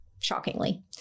shockingly